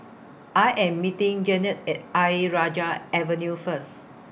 I Am meeting Jeannette At Ayer Rajah Avenue First